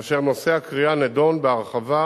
כאשר נושא הכרייה נדון בהרחבה